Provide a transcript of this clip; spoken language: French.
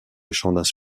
chants